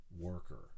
worker